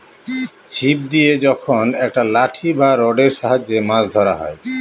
ছিপ দিয়ে যখন একটা লাঠি বা রডের সাহায্যে মাছ ধরা হয়